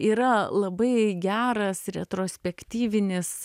yra labai geras retrospektyvinis